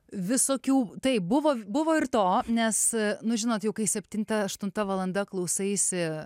visokių taip buvo buvo ir to nes nu žinot jau kai septinta aštunta valanda klausaisi